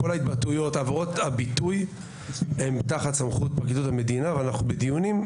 כל ההתבטאויות הביטוי הם תחת סמכות פרקליטות המדינה ואנחנו בדיונים.